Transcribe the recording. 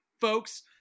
folks